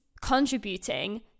contributing